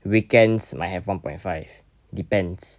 weekends might have one point five depends